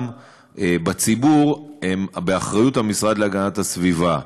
בציבור באחריות המשרד להגנת הסביבה.